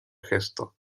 gesto